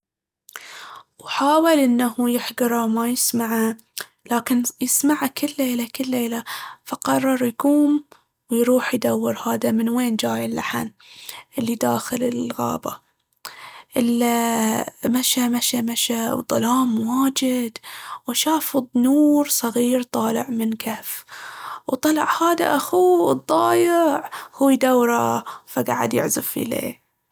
وحاول انه يحقره ما يسمعه، لكن يسمعه كل ليلة كل ليلة. فقرر يقوم ويروح يدور هذا من وين جاي اللحن اللي داخل الغابة. إلا مشى مشى مشى والظلام واجد. وشاف نور صغير طالع من كهف، وطلع هذا أخوه الضايع هو يدورخ فقعد يعزف إليه.